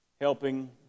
helping